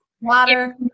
Water